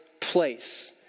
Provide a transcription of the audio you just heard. place